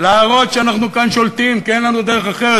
להראות שאנחנו כאן שולטים כי אין לנו דרך אחרת,